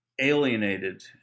alienated